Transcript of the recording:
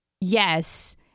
yes